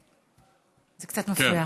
זה קצת מפריע.